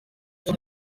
icyo